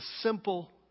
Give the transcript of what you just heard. simple